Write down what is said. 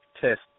test